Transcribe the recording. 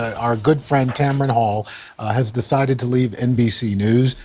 our good friend tamron hall has decided to leave nbc news.